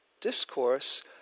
discourse